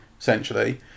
essentially